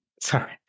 Sorry